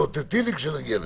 תאותתי לי כשנגיע לשם.